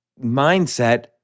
mindset